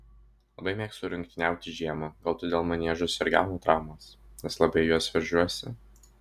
labai mėgstu rungtyniauti žiemą gal todėl maniežuose ir gaunu traumas nes labai į juos veržiuosi